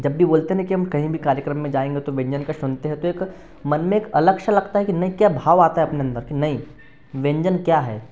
जब भी बोलते हैं ना कि हम कहीं भी कार्यक्रम में जाएँगे तो व्यंजन का सुनते हैं तो एक मन में एक अलग सा लगता है कि नहीं क्या भाव आता है अपने अन्दर की नहीं व्यंजन क्या है